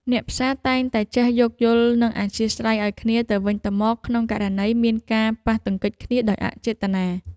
អ្នកផ្សារតែងតែចេះយោគយល់ និងអធ្យាស្រ័យឱ្យគ្នាទៅវិញទៅមកក្នុងករណីមានការប៉ះទង្គិចគ្នាដោយអចេតនា។